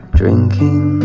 drinking